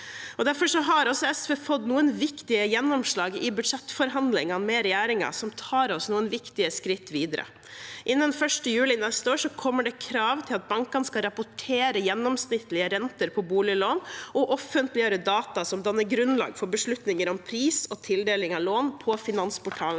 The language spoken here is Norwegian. Derfor har SV fått noen viktige gjennomslag i budsjettforhandlingene med regjeringen, som tar oss noen viktige skritt videre. Innen 1. juli neste år kommer det krav til at bankene skal rapportere gjennomsnittlige renter på boliglån og offentliggjøre data som danner grunnlag for beslutninger om pris og tildeling av lån på finansportalen.no.